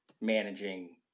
Managing